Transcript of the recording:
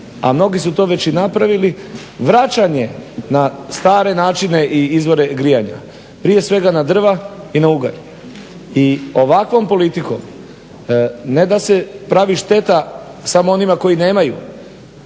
a mnogi su to već i napravili vraćanje na stare načine i izvore grijanja. Prije svega na drva i na oganj. I ovakvom politikom ne da se pravi šteta samo onima koji nemaju